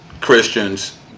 Christians